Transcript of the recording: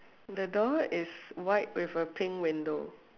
the door is white with a pink window